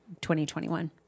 2021